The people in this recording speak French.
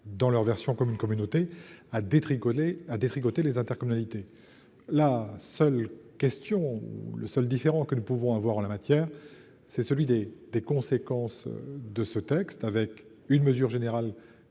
dans leur version commune-communauté, à détricoter les intercommunalités. Le seul différend que nous pouvons avoir en la matière, porte sur les conséquences de ce texte, avec la mesure générale